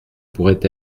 pourraient